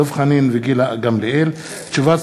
דב חנין וגילה גמליאל בנושא: תוכנית קידוחי נפט ברמת-הגולן.